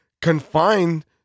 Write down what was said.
confined